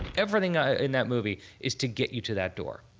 everything ah in that movie is to get you to that door.